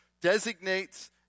designates